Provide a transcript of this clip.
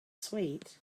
sweet